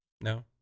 No